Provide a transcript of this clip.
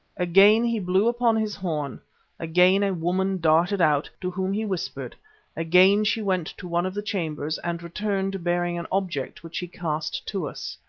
again he blew upon his horn again a woman darted out, to whom he whispered again she went to one of the chambers and returned bearing an object which he cast to us.